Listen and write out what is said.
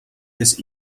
this